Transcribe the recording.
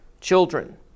children